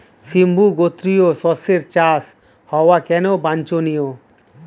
সিম্বু গোত্রীয় শস্যের চাষ হওয়া কেন বাঞ্ছনীয়?